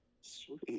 Sweet